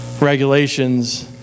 regulations